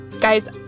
Guys